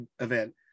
event